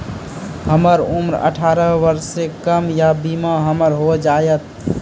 हमर उम्र अठारह वर्ष से कम या बीमा हमर हो जायत?